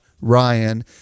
Ryan